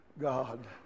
God